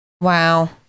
wow